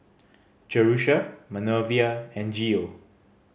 Jerusha Manervia and Geo